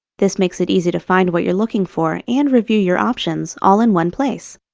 this makes it easy to find what you're looking for and review your options all in one place.